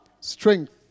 strength